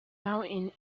mountain